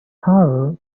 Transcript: horror